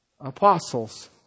apostles